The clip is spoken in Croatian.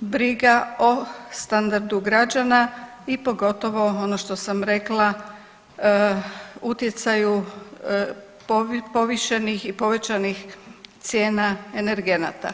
briga o standardu građana i pogotovo ono što sam rekla utjecaju povišenih i povećanih cijena energenata.